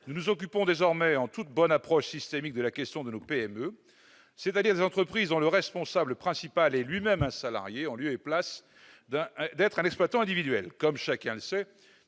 nous nous occupons désormais de la question de nos PME, c'est-à-dire des entreprises dont le responsable principal est lui-même un salarié, en lieu et place d'un exploitant individuel. Comme chacun le sait,